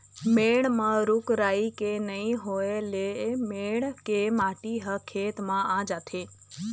मेड़ म रूख राई के नइ होए ल मेड़ के माटी ह खेत म आ जाथे